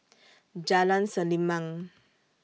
Jalan Selimang